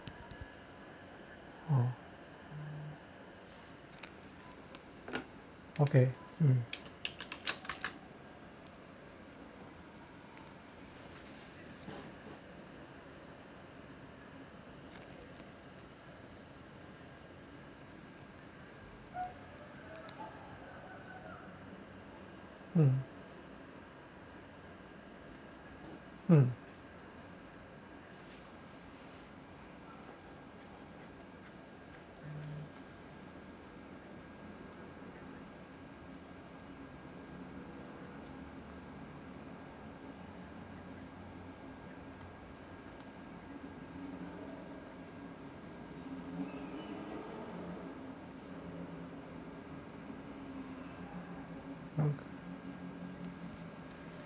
oh okay um uh uh